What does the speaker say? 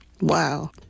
Wow